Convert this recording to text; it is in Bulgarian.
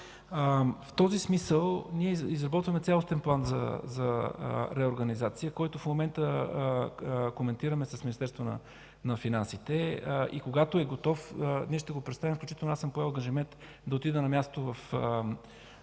В този смисъл ние изработваме цялостен план за реорганизация, който в момента коментираме с Министерството на финансите. Когато е готов, ние ще го предоставим, включително аз съм поел ангажимента да отида на място в